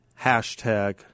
hashtag